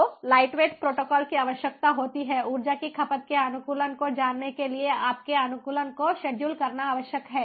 तो lightweight protocol की आवश्यकता होती है ऊर्जा की खपत के अनुकूलन को जानने के लिए आप के अनुकूलन को शेड्यूल करना आवश्यक है